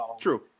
True